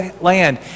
land